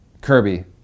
Kirby